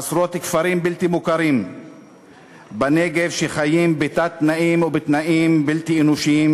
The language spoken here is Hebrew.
עשרות כפרים בלתי מוכרים בנגב שחיים בתת-תנאים ובתנאים בלתי אנושיים,